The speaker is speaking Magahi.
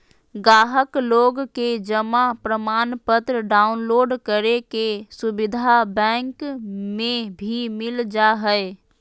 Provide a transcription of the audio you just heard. गाहक लोग के जमा प्रमाणपत्र डाउनलोड करे के सुविधा बैंक मे भी मिल जा हय